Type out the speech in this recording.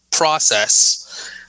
Process